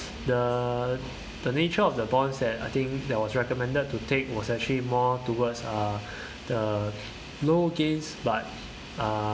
the the nature of the bonds that I think that was recommended to take was actually more towards uh the low gains but uh